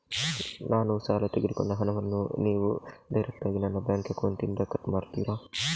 ನಾನು ಸಾಲ ತೆಗೆದುಕೊಂಡ ಹಣವನ್ನು ನೀವು ಡೈರೆಕ್ಟಾಗಿ ನನ್ನ ಬ್ಯಾಂಕ್ ಅಕೌಂಟ್ ಇಂದ ಕಟ್ ಮಾಡ್ತೀರಾ?